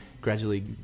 Gradually